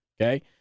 Okay